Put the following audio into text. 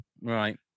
Right